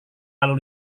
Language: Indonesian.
lalu